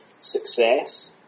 success